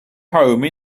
home